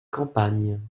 campagne